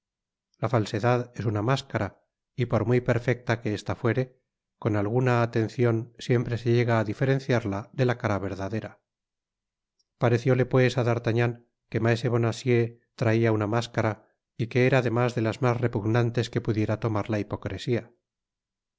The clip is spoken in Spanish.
la falsedad es una máscara y por muy perfecta que esta fuere con alguna atencion siempre se llega á diferenciarla de la cara verdadera parecióle pues á d'artagnan que maese bonacieux traía una máscara y que era además de las mas repugnantes que pudiera tomar la hipocresía